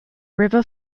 river